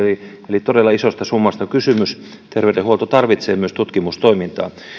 eli todella isosta summasta on kysymys terveydenhuolto tarvitsee myös tutkimustoimintaa mutta